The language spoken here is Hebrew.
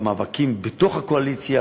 במאבקים בתוך הקואליציה